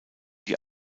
die